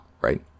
right